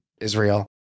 Israel